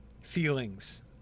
feelings